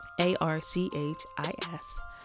A-R-C-H-I-S